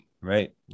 right